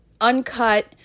uncut